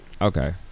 Okay